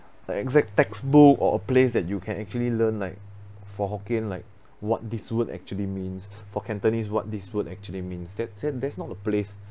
like exact textbook or a place that you can actually learn like for hokkien like what this word actually means for cantonese what this would actually means that's a there's not a place